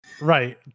Right